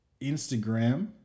Instagram